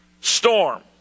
storm